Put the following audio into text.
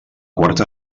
quarta